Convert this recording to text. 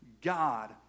God